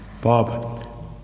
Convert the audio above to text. Bob